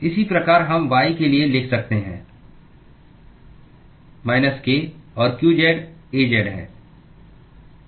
इसी प्रकार हम y के लिए लिख सकते हैं माइनस k और qz Az है